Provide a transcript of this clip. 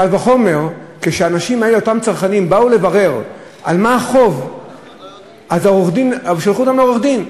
קל וחומר כשאותם צרכנים באו לברר על מה החוב אז שלחו אותם לעורך-דין.